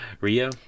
Rio